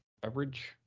beverage